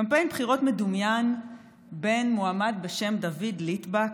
קמפיין בחירות מדומיין בין מועמד בשם דוד ליטבק,